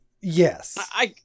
Yes